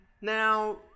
now